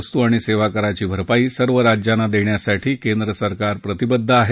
वस्तू आणि सद्या कराची भरपाई सर्व राज्यांना दष्ट्रासाठी केंद्र सरकार प्रतिबद्ध आह